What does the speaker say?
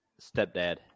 Stepdad